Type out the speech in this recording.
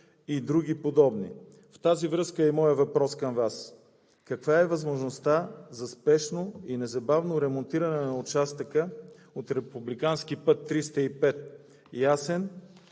и други подобни. В тази връзка е и въпросът ми към Вас: каква е възможността за спешно и незабавно ремонтиране на участъка от